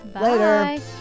Later